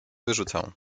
wyrzucę